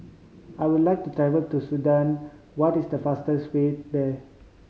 I would like to tell to Sudan what is the fastest way there